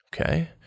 Okay